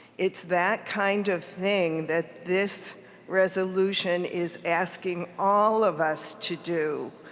it's that kind of thing that this resolution is asking all of us to do.